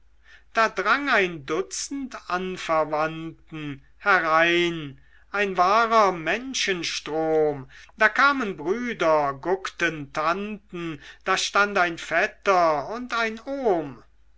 da drang ein dutzend anverwandten herein ein wahrer menschenstrom da kamen brüder guckten tanten da stand ein vetter und ein ohm